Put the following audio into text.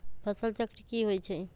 फसल चक्र की होइ छई?